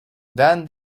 then